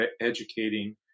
educating